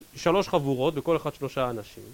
שלוש חבורות, בכל אחת שלושה אנשים